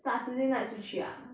saturday night 出去 ah